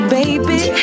baby